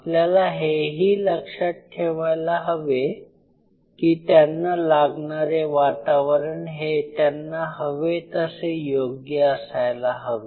आपल्याला हे ही लक्षात ठेवायला हवे की त्यांना लागणारे वातावरण हे त्यांना हवे तसे योग्य असायला हवे